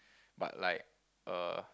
but like err